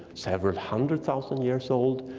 several hundred thousand years old.